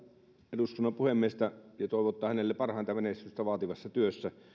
eduskunnan puhemiestä ja toivottaa hänelle parhainta menestystä vaativassa työssä